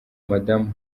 madamu